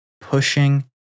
pushing